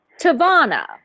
Tavana